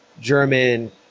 German